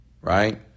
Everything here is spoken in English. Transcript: Right